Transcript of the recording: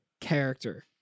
character